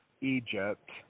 Egypt